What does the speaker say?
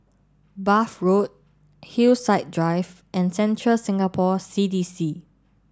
Bath Road Hillside Drive and Central Singapore C D C